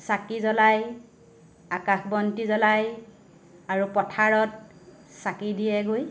চাকি জ্বলায় আকাশ বন্তি জ্বলায় আৰু পথাৰত চাকি দিয়েগৈ